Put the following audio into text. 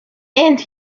and